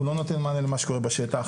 הוא לא נותן מענה למה שקורה בשטח.